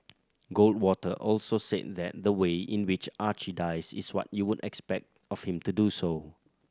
goldwater also said that the way in which Archie dies is what you would expect of him to do so